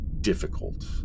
Difficult